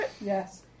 Yes